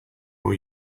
more